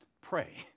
pray